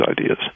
ideas